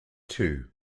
two